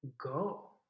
go